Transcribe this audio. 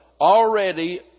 already